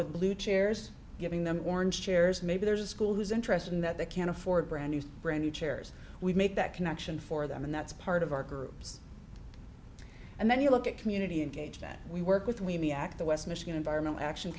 with blue chairs giving them orange chairs maybe there's a school who's interested in that they can afford brand new brand new chairs we make that connection for them and that's part of our groups and then you look at community engagement we work with we me act the west michigan environmental action